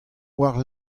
war